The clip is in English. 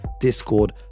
Discord